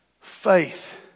faith